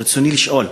רצוני לשאול: